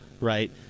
right